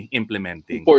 implementing